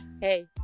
hey